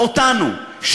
אותנו,